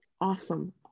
Awesome